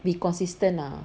be consistent ah